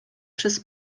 przez